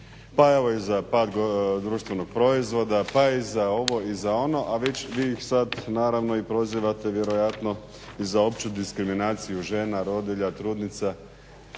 pa evo i za pad društvenog proizvoda, pa i za ovo i za ono, a vi ih sad naravno i prozivate vjerojatno i za opću diskriminaciju žena, rodilja, trudnica.